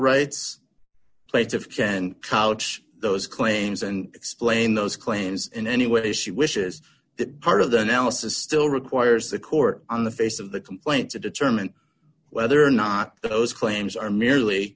rights plates of ken couch those claims and explain those claims in any way she wishes that part of the analysis still requires the court on the face of the complaint to determine whether or not those claims are merely